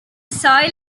soil